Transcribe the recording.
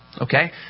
okay